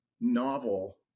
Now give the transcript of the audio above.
novel